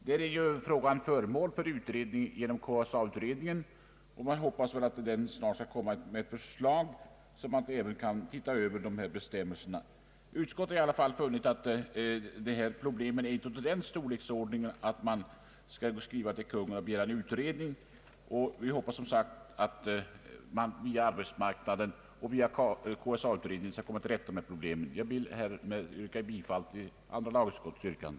Denna fråga är dock föremål för prövning inom KSA-utredningen, och vi hoppas att denna snart skall komma med förslag i frågan. Utskottet har emellertid funnit att dessa problem inte är av den storleksordningen att riksdagen bör skriva till Kungl. Maj:t och begära en utredning. Vi hoppas som sagt att man via arbetsmarknaden och KSA-utredningen skall komma till rätta med problemen. Jag yrkar bifall till andra lagutskottets yrkande.